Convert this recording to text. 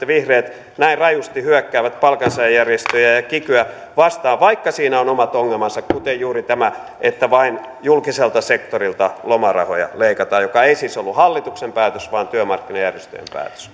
vihreät näin rajusti hyökkäävät palkansaajajärjestöjä ja kikyä vastaan vaikka siinä on omat ongelmansa kuten juuri tämä että vain julkiselta sektorilta lomarahoja leikataan mikä ei siis ollut hallituksen päätös vaan työmarkkinajärjestöjen